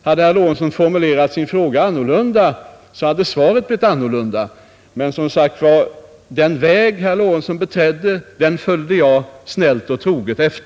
Hade herr Lorentzon formulerat sin fråga annorlunda så hade svaret blivit annorlunda. Men, som sagt, den väg som herr Lorentzon beträdde följde jag snällt och troget.